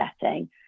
setting